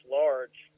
large